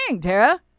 Tara